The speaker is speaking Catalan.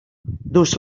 dus